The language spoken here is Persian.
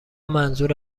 منظور